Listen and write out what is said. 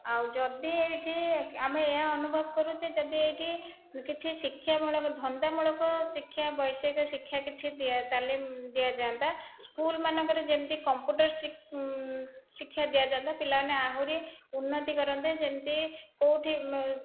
ଆଉ ଯଦି ଏଇଠି ଆମେ ଏହା ଅନୁଭବ କରୁଛେ ଯଦି ଏଇଠି କିଛି ଶିକ୍ଷା ମୂଳକ ଧନ୍ଦାମୂଳକ ଶିକ୍ଷା ବୈଷୟିକ ଶିକ୍ଷା କିଛି ଦିଆ ତାଲିମ ଦିଆଯାଆନ୍ତା ସ୍କୁଲ ମାନଙ୍କରେ ଯେମତି କମ୍ପୁଟର ଶି ଶିକ୍ଷା ଦିଆ ଯାଆନ୍ତା ପିଲାମାନେ ଆହୁରି ଉନ୍ନତି କରନ୍ତେ ଯେମତି କେଉଁଠି